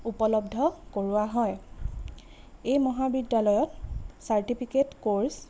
উপলব্ধ কৰোৱা হয় এই মহাবিদ্যালয়ত চাৰ্টিফিকেট কৰ্ছ